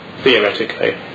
theoretically